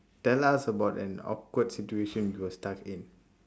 tell us about an awkward situation you were stuck in